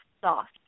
soft